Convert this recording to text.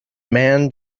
man